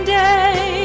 day